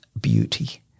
beauty